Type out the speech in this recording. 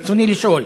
ברצוני לשאול: